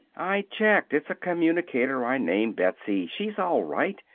i checked! it's a communicator i named betsy. she's all right!